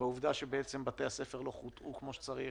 לעובדה שבתי הספר לא חוטאו כמו שצריך,